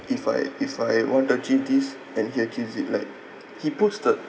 if I if I want to achieve this and he achieves it like he puts the